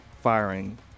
firing